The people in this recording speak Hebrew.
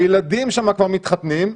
הילדים שם כבר מתחתנים.